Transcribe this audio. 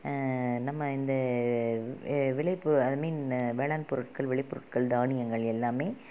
நம்ம இந்த விலை பொருள் ஐ மீன் வேளாண் பொருட்கள் விலை பொருட்கள் தானியங்கள் எல்லாமே